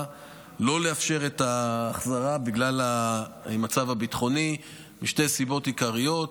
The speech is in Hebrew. לא לאפשר את ההחזרה בגלל המצב הביטחוני משתי סיבות עיקריות: